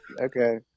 Okay